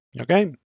okay